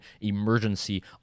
emergency